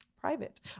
private